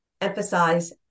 emphasize